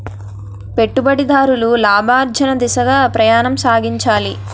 పెట్టుబడిదారులు లాభార్జన దిశగా ప్రయాణం సాగించాలి